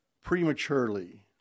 prematurely